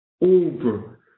over